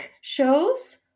shows